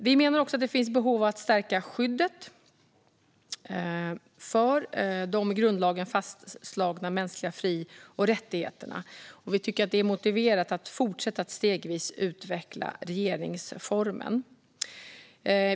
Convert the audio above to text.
Vi menar också att det finns behov av att stärka skyddet för de i grundlagen fastslagna mänskliga fri och rättigheterna. Vi tycker att det är motiverat att fortsätta att stegvis utveckla regeringsformen.